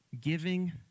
Giving